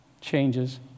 changes